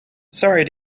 sorry